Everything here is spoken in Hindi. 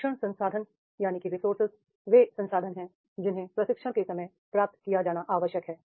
प्रशिक्षण रिसोर्सेज वे संसाधन हैं जिन्हें प्रशिक्षण के समय प्रदान किया जाना आवश्यक है